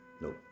No